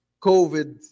COVID